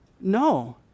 No